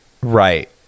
right